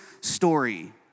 story